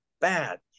bad